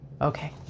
Okay